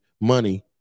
money